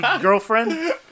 girlfriend